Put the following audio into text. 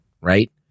right